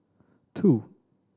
two